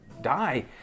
die